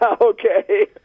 Okay